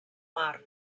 mar